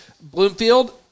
Bloomfield